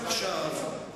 אבל,